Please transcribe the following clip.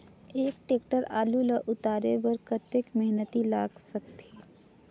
एक टेक्टर आलू ल उतारे बर कतेक मेहनती लाग सकथे?